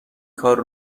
کار